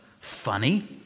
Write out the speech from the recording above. funny